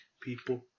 people